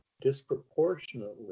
disproportionately